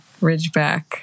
ridgeback